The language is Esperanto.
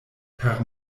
per